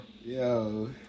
Yo